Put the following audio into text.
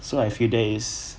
so I feel there is